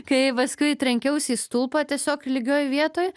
kai paskui trenkiausi į stulpą tiesiog lygioj vietoj